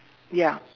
ya